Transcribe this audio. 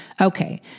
Okay